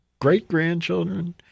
great-grandchildren